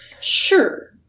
Sure